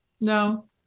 No